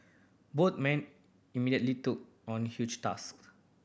both men immediately took on huge tasks